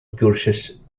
courses